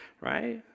right